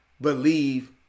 believe